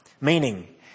meaning